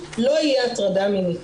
לא יהיה הטרדה מינית.